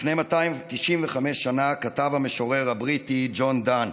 לפני 295 שנה כתב המשורר הבריטי ג'ון דאן: